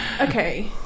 Okay